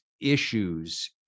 issues